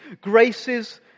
graces